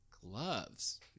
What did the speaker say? Gloves